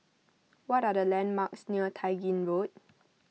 what are the landmarks near Tai Gin Road